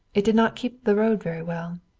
it did not keep the road very well.